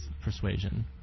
persuasion